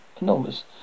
enormous